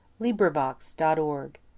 LibriVox.org